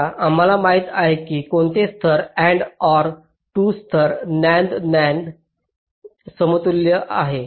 आता आम्हाला माहित आहे की कोणतेही 2 स्तर AND OR 2 स्तर NAND NAND समतुल्य आहे